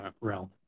realm